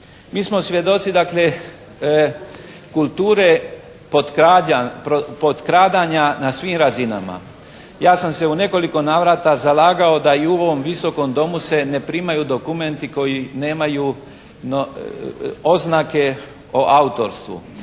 Mi smo svjedoci dakle kulture potkradanja na svim razinama. Ja sam se u nekoliko navrata zalagao da i u ovom Visokom domu se ne primaju dokumenti koji nemaju oznake o autorstvu,